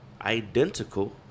identical